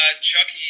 Chucky